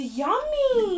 yummy